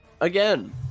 again